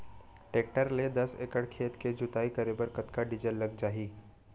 Tractor ले दस एकड़ खेत के जुताई करे बर कतका डीजल लग जाही?